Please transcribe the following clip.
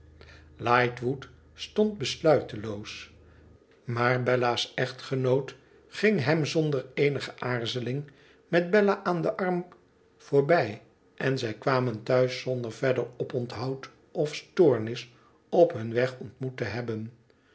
stond besluiteloos maar bella's echtgenoot ging hem zonder eenige aarzeling met bella aan den arm voorbij en zij kwamen thuis zonder verder oponthoud of stoornis op hun we ontmoet te hebben